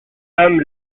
femme